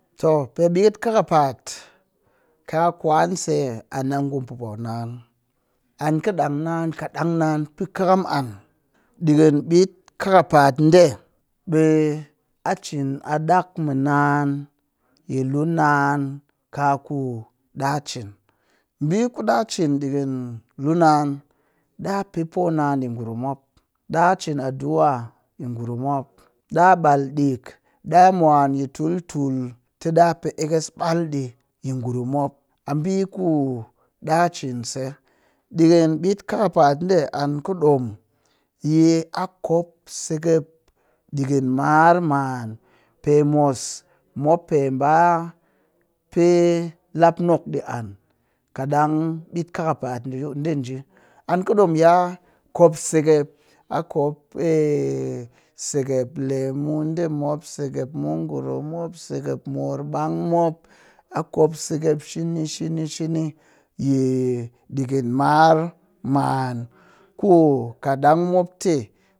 Too pe ɓit kakapa'at kaa kwanse a ngu poonaan an kɨ ɗang naan kat naan pe ƙɨkam an ɗikɨn ɓit kakapa'at ɗe a ciin a ɗak mu naan ti lu naan ka ku ɗa cin, ɓi ku ɗa cin yi lunaan ɗa pe poonaan yi ngurum mop, ɗa cin addua yi ngurum mop, ɗa ɓal ɗɨk, ɗa mwan yi tul tul tɨ ɗa pee ekkes ɓal ɗi ngurum mop, a ɓi ku ɗa cin se ɗikɨn ɓit kakapa'at ɗe an kɨ ɗom yi a kop seggep ɗiƙn mar maan. Pe mwas mop pe ba pee lapnok ɗi an kadang ɓit kakapa'at ɗe nji an kɨɗom ya kop seggep ya kop lemu ɗe mop, seggep mungro mop, seggep morbang mop a kop seggep shini shini shini yi ɗikɨn mar maan ku kaɗang mop tɨ